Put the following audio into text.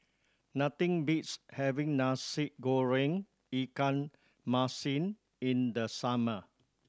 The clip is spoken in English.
nothing beats having Nasi Goreng ikan masin in the summer